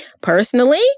Personally